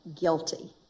guilty